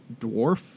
dwarf